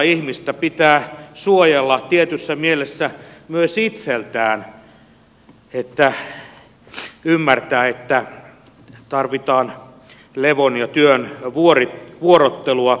ihmistä pitää suojella tietyssä mielessä myös itseltään että ymmärtää että tarvitaan levon ja työn vuorottelua